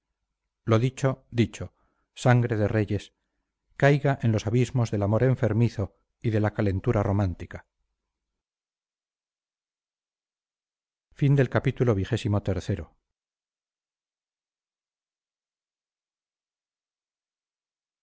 lo dicho dicho sangre de reyes caiga en los abismos del amor enfermizo y de la calentura romántica